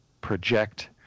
project